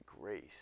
grace